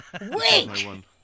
Wait